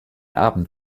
abend